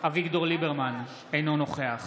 אביגדור ליברמן, אינו נוכח